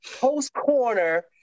post-corner